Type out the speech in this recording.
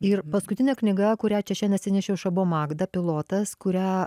ir paskutinė knyga kurią čia šiandien atsinešiau šabo magda pilotas kurią